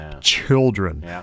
children